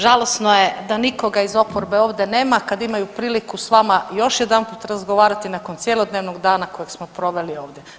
Žalosno je da nikoga i oporbe ovde nema kad imaju priliku s vama još jedanput razgovarati nakon cjelodnevnog dana kojeg smo proveli ovdje.